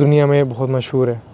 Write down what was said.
دنیا میں بہت مشہور ہے